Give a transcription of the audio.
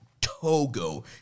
Togo